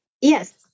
yes